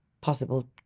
possible